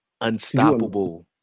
unstoppable